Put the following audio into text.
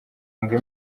ngo